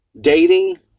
dating